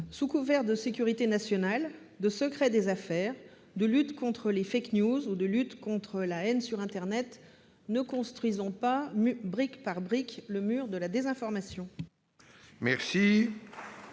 Sous couvert de sécurité nationale, de secret des affaires, de lutte contre les ou contre la haine sur internet, ne construisons pas, brique par brique, le mur de la désinformation